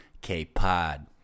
K-Pod